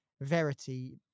Verity